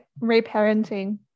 reparenting